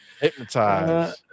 Hypnotize